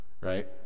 Right